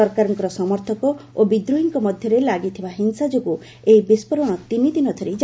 ସରକାରଙ୍କ ସମର୍ଥକ ଓ ବିଦ୍ରୋହୀଙ୍କ ମଧ୍ୟରେ ଲାଗିଥିବା ହିଂସା ଯୋଗୁଁ ଏହି ବିସ୍ଫୋରଣ ତିନିଦିନ ଧରି ଜାରି ରହିଛି